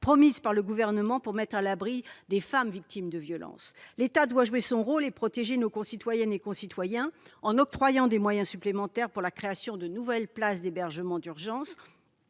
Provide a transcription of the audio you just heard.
promises par le Gouvernement pour mettre à l'abri les femmes victimes de violences. L'État doit jouer son rôle et protéger nos concitoyennes et nos concitoyens en consacrant des moyens supplémentaires à la création de nouvelles places d'hébergement d'urgence